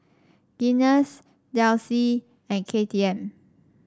Guinness Delsey and K T M